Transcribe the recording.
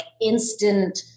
instant